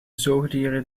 zoogdieren